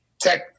tech